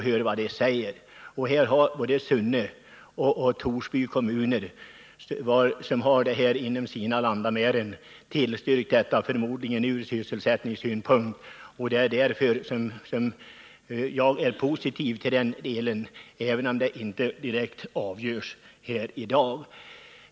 Här har som sagt både Sunne och Torsby kommuner, som har det aktuella området inom sina landamären, tillstyrkt utbyggnad, förmodligen med tanke på sysselsättningen. Det är anledningen till att jag är positiv till Kymmenprojektet — även om frågan inte direkt avgörs här i dag.